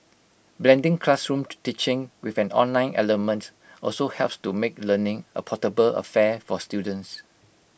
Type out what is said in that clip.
blending classroomed teaching with an online element also helps to make learning A portable affair for students